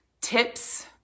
tips